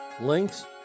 links